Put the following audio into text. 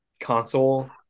console